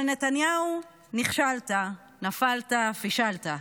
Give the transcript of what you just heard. אבל נתניהו, נכשלת, נפלת, פישלת.